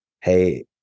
Hey